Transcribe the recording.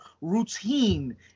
routine